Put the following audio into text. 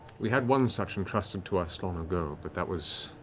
we had one such entrusted to us long ago, but that was